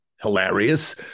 hilarious